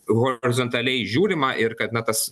horizontaliai žiūrima ir kad na tas